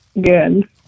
Good